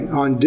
on